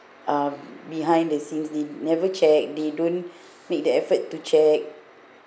uh behind the scenes they never check they don't make the effort to check